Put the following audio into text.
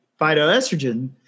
phytoestrogen